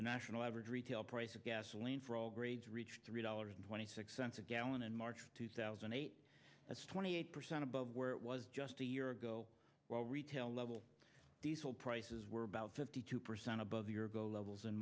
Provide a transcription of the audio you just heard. the national average retail price of gasoline for all grades reached three dollars twenty six cents a gallon in march two thousand and eight that's twenty eight percent above where it was just a year ago while retail level diesel prices were about fifty two percent above the ergo levels